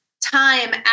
time